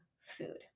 food